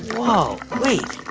whoa. wait.